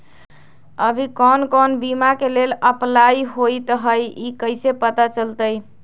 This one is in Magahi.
अभी कौन कौन बीमा के लेल अपलाइ होईत हई ई कईसे पता चलतई?